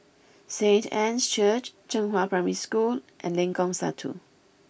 Saint Anne's Church Zhenghua Primary School and Lengkong Satu